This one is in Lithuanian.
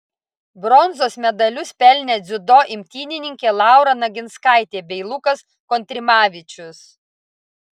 bronzos medalius pelnė dziudo imtynininkė laura naginskaitė bei lukas kontrimavičius